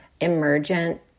emergent